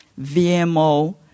VMO